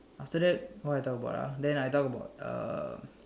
after that what I talk about ah then I talk about um